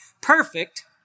perfect